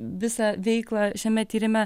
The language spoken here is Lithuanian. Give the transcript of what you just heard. visą veiklą šiame tyrime